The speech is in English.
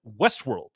Westworld